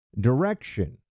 direction